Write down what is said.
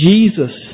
Jesus